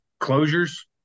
closures